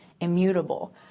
immutable